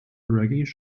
reggae